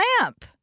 lamp